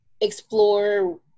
explore